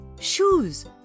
Shoes